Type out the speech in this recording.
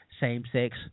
same-sex